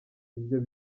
ibyo